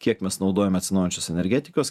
kiek mes naudojame atsinaujinančios energetikos